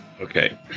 Okay